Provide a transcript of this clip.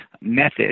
method